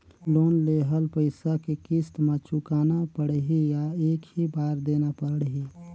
Loan लेहल पइसा के किस्त म चुकाना पढ़ही या एक ही बार देना पढ़ही?